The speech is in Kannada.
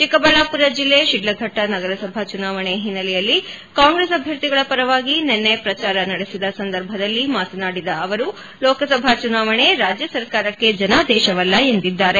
ಚಿಕ್ಕಬಳ್ಳಾಪುರ ಜಿಲ್ಲೆ ಶಿಡ್ಲಘಟ್ಟ ನಗರಸಭಾ ಚುನಾವಣೆ ಹಿನ್ನೆಲೆಯಲ್ಲಿ ಕಾಂಗ್ರೆಸ್ ಅಭ್ಯರ್ಥಿಗಳ ಪರವಾಗಿ ನಿನ್ನೆ ಪ್ರಚಾರ ನಡೆಸಿದ ಸಂದರ್ಭದಲ್ಲಿ ಮಾತನಾಡಿದ ಅವರು ಲೋಕಸಭಾ ಚುನಾವಣೆ ರಾಜ್ಯ ಸರ್ಕಾರಕ್ಕೆ ಜನಾದೇಶವಲ್ಲ ಎಂದಿದ್ದಾರೆ